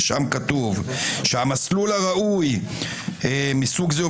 ששם כתוב שהמסלול הראוי מסוג זה הוא